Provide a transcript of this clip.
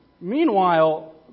Meanwhile